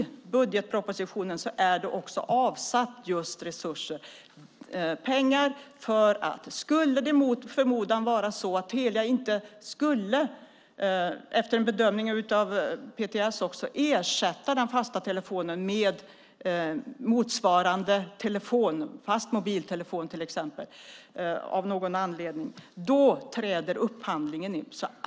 I budgetpropositionen har det avsatts resurser om det mot förmodan skulle vara så att Telia, efter bedömning av PTS, inte ersätter den fasta telefonen med motsvarande fast mobiltelefon till exempel. Då träder upphandlingen in.